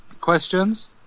Questions